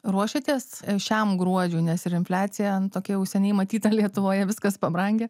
ruošiatės šiam gruodžiui nes ir infliacija nu tokia jau seniai matyta lietuvoje viskas pabrangę